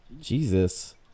Jesus